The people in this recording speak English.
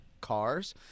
cars